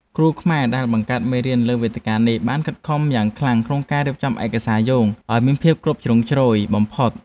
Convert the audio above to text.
គ្រូខ្មែរដែលបង្កើតមេរៀនលើវេទិកានេះបានខិតខំយ៉ាងខ្លាំងក្នុងការរៀបចំឯកសារយោងឱ្យមានភាពគ្រប់ជ្រុងជ្រោយបំផុត។